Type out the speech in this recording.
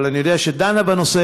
אבל אני יודע שהיא דנה בנושא,